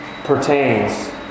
pertains